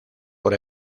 por